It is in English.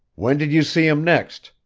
when did you see him next?